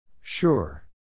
Sure